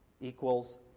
equals